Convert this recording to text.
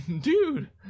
Dude